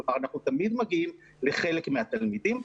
כלומר אנחנו תמיד מגיעים לחלק מהתלמידים.